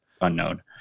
unknown